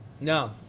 No